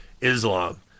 Islam